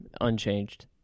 unchanged